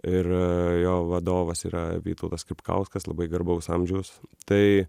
ir jo vadovas yra vytautas skripkauskas labai garbaus amžiaus tai